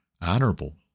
honorable